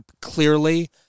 clearly